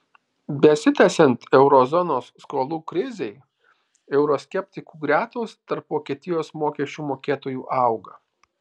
besitęsiant euro zonos skolų krizei euroskeptikų gretos tarp vokietijos mokesčių mokėtojų auga